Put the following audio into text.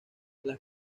las